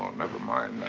never mind that.